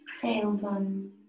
Tailbone